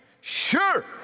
Sure